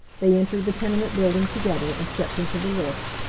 they entered the tenement building together and stepped into the lift.